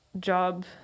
job